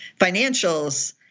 financials